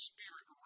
Spirit